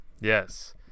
yes